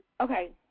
Okay